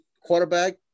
quarterback